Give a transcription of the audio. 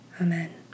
Amen